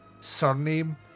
surname